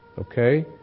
Okay